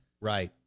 Right